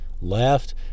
left